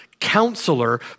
Counselor